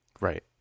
Right